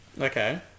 Okay